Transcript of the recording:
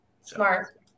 Smart